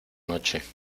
noche